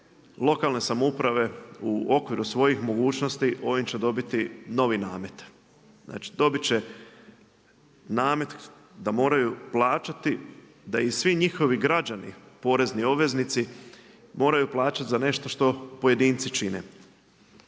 lokalne samouprave u okviru svojih mogućnosti ovim će dobiti novi namet. Znači dobit će namet da moraju plaćati da i svi njihovi građani porezni obveznici moraju plaćati za nešto što pojedinci čine.